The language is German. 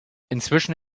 inzwischen